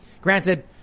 Granted